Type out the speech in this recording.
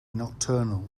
nocturnal